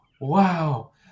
Wow